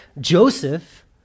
Joseph